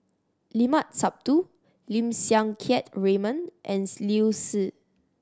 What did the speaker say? Limat Sabtu Lim Siang Keat Raymond and Liu Si